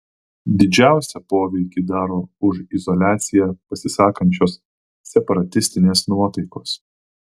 didžiausią poveikį daro už izoliaciją pasisakančios separatistinės nuotaikos